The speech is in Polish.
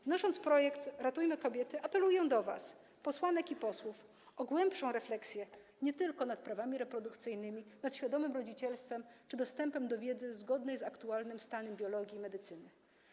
Wnosząc projekt „Ratujmy kobiety”, apelujemy do was, posłanek i posłów, o głębszą refleksję nie tylko nad prawami reprodukcyjnymi, nad świadomym rodzicielstwem czy dostępem do wiedzy zgodnej z aktualnym stanem biologii i medycyny.